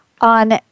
on